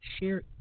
share